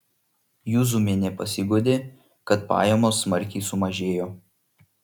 juzumienė pasiguodė kad pajamos smarkiai sumažėjo